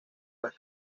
las